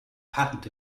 patent